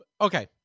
okay